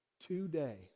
today